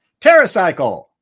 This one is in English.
TerraCycle